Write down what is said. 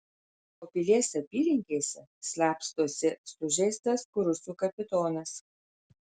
o pilies apylinkėse slapstosi sužeistas kurucų kapitonas